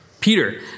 Peter